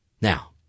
Now